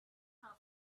her